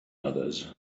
others